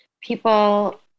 people